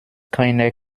keiner